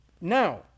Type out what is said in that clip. now